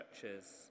churches